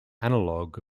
analogue